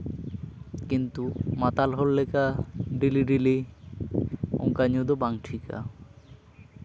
ᱠᱤᱱᱛᱩ ᱢᱟᱛᱟᱞ ᱦᱚᱲ ᱞᱮᱠᱟ ᱰᱮᱞᱤ ᱰᱮᱞᱤ ᱚᱱᱠᱟ ᱧᱩ ᱫᱚ ᱵᱟᱝ ᱴᱷᱤᱠᱟ